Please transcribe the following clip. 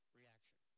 reaction